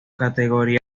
categorías